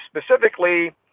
specifically